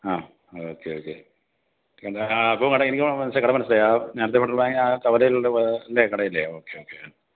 ആ okay okay കട ആ അപ്പോൾ കട എനിക്ക് മനസ്സിലായി കട മനസ്സിലായി ആ കവലയിലോട്ട് പോകേണ്ട കടയല്ലേ ആ ഓക്കെ ഓക്കെ ആ